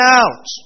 out